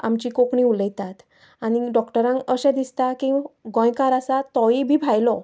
आमची कोंकणी उलयतात आनी डॉक्टरांक अशें दिसता की गोंयकार आसा तोयी बी भायलो